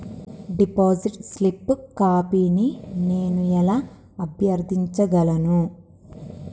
Deposit slip కాపీని నేను ఎలా అభ్యర్థించగలను?